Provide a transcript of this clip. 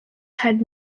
had